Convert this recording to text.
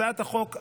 בצעת החוק הזאת,